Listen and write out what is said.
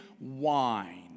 wine